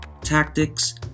tactics